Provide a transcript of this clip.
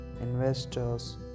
investors